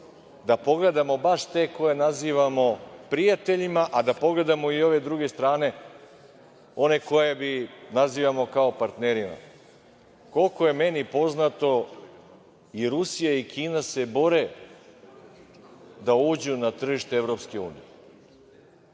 da pogledamo baš te koje nazivamo prijateljima, a da pogledamo i ove druge strane, one koji mi nazivamo kao partnerima. Koliko je meni poznato, i Rusija i Kina se bore da uđu na tržište EU. To je